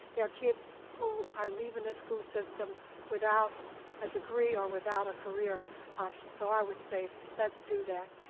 there are kids who are leaving the school system without a degree or without a career option. so i would say let's do that.